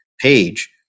page